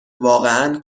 واقعا